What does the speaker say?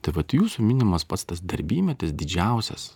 tai vat jūsų minimas pats tas darbymetis didžiausias